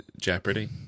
Jeopardy